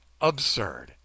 absurd